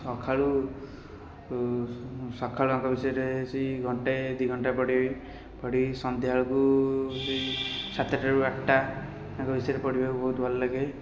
ସଖାଳୁ ଉଁ ସଖାଳୁ ଆଙ୍କ ବିଷୟରେ ସେଇ ଘଣ୍ଟେ ଦୁଇଘଣ୍ଟା ପଢ଼ିବି ପଢ଼ିକି ସନ୍ଧ୍ୟାବେଳକୁ ସେଇ ସାତଟାରୁ ଆଠଟା ତାଙ୍କ ବିଷୟରେ ପଢ଼ିବାକୁ ବହୁତ ଭଲଲାଗେ